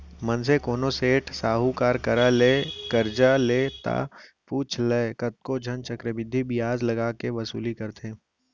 मनसे कोनो सेठ साहूकार करा ले करजा ले ता पुछ लय कतको झन चक्रबृद्धि बियाज लगा के वसूली करथे